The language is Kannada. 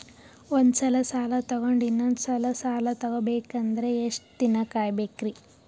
ಒಂದ್ಸಲ ಸಾಲ ತಗೊಂಡು ಇನ್ನೊಂದ್ ಸಲ ಸಾಲ ತಗೊಬೇಕಂದ್ರೆ ಎಷ್ಟ್ ದಿನ ಕಾಯ್ಬೇಕ್ರಿ?